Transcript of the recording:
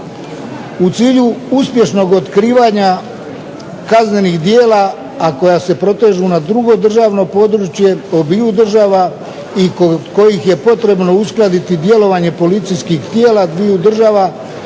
U cilju uspješnog otkrivanja kaznenih djela, a koja se protežu na drugo državno područje obiju država i kod kojih je potrebno uskladiti djelovanje policijskih tijela dviju država